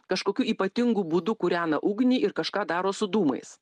kažkokiu ypatingu būdu kūrena ugnį ir kažką daro su dūmais